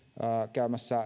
käymässä